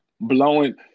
blowing